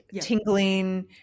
tingling